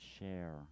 share